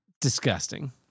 Disgusting